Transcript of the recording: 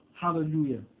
Hallelujah